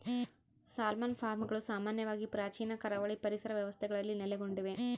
salmon ಫಾರ್ಮ್ಗಳು ಸಾಮಾನ್ಯವಾಗಿ ಪ್ರಾಚೀನ ಕರಾವಳಿ ಪರಿಸರ ವ್ಯವಸ್ಥೆಗಳಲ್ಲಿ ನೆಲೆಗೊಂಡಿವೆ